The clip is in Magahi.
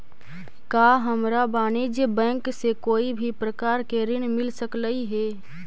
का हमरा वाणिज्य बैंक से कोई भी प्रकार के ऋण मिल सकलई हे?